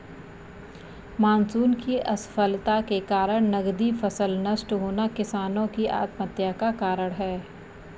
monsoon की असफलता के कारण नकदी फसल नष्ट होना किसानो की आत्महत्या का कारण है